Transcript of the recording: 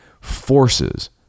forces